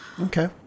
Okay